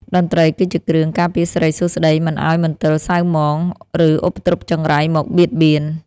តន្ត្រីគឺជាគ្រឿងការពារសិរីសួស្ដី មិនឱ្យមន្ទិលសៅហ្មង ឬឧបទ្រពចង្រៃមកបៀតបៀន។